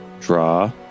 Draw